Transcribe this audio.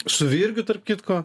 su virgiu tarp kitko